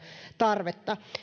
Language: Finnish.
tarvetta